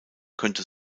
könnte